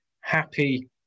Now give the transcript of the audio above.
happy